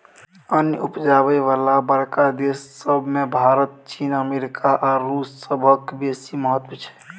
अन्न उपजाबय बला बड़का देस सब मे भारत, चीन, अमेरिका आ रूस सभक बेसी महत्व छै